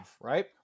right